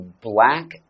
black